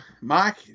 Mike